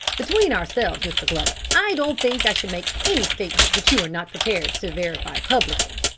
between ourselves, mr. glover, i don't think i should make any statement which you are not prepared to verify publicly.